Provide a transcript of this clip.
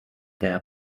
their